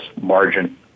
margin